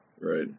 right